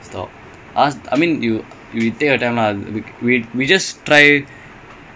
create my resume I'm pretty sure ya because I'm pretty sure they will just do it for you you just put in whatever you have